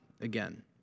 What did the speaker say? Again